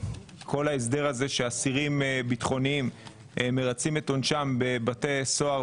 כל ההסדר הזה שאסירים ביטחוניים מרצים את עונשם בבתי סוהר